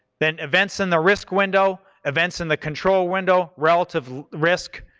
then events in the risk window, events in the control window, relative risk,